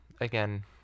Again